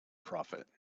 profit